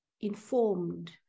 informed